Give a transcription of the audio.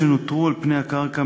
שנותרו על פני הקרקע,